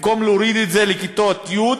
במקום להוריד את זה לכיתות י',